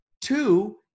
Two